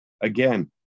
Again